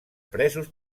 presos